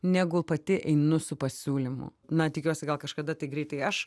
negu pati einu su pasiūlymu na tikiuosi gal kažkada tai greitai aš